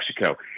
Mexico